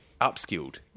upskilled